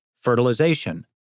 fertilization